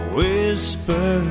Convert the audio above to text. Whisper